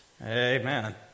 Amen